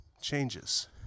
changes